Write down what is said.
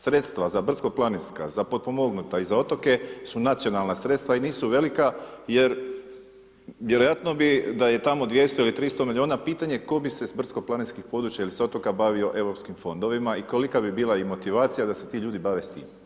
Sredstva za brdsko-planinska, za potpomognuta i za otoke su nacionalna sredstva i nisu velika jer vjerojatno bi da je tamo 200 ili 300 miliona pitanje tko bi se s brdsko-planinski područja ili s otoka bavio europskim fondovima i kolika bi bila i motivacija da se ti ljudi bave s tim.